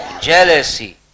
jealousy